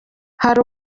hari